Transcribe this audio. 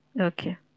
okay